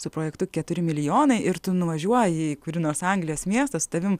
su projektu keturi milijonai ir tu nuvažiuoji į kurį nors anglijos miestą su tavim